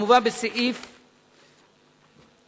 המובא בסעיף 1(10)